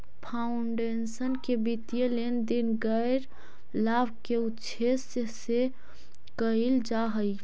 foundation के वित्तीय लेन देन गैर लाभ के उद्देश्य से कईल जा हई